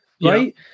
right